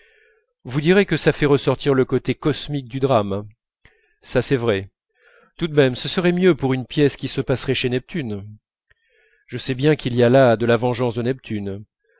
vous direz que ça fait ressortir le côté cosmique du drame ça c'est vrai tout de même ce serait mieux pour une pièce qui se passerait chez neptune je sais bien qu'il y a là de la vengeance de neptune